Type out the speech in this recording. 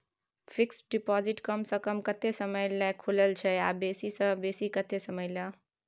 Fixed deposit कम स कम कत्ते समय ल खुले छै आ बेसी स बेसी केत्ते समय ल?